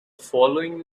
following